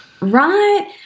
Right